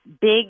big